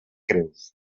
creus